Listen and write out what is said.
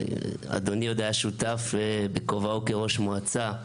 אדוני היה שותף, עוד בכובעו כראש מועצה,